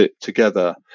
together